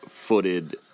...footed